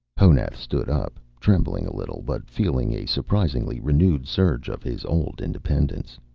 honath stood up, trembling a little, but feeling a surprisingly renewed surge of his old independence.